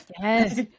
yes